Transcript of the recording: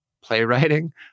playwriting